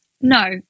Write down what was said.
No